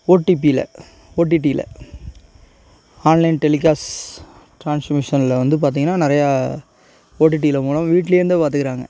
ஓடிபியில ஓடிடியில online telecast ட்ரான்ஸ்மிஷனில் வந்து பார்த்திங்கனா நிறையா ஓடிடியில மூலம் வீட்லேருந்து பார்த்துக்கறாங்க